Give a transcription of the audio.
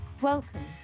welcome